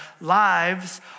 lives